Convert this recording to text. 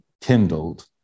kindled